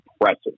impressive